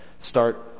start